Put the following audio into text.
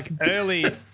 early